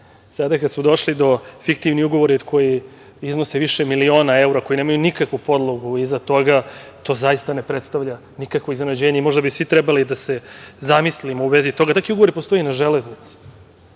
Sada kada su došli fiktivni ugovori koji iznose više miliona evra, koji nemaju nikakvu podlogu iza toga, to zaista ne predstavlja nikakvo iznenađenje. Možda bi svi trebali da se zamislimo u vezi toga. Takvi ugovori postoje i na Železnici.